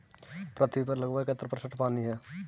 पृथ्वी पर पानी लगभग इकहत्तर प्रतिशत है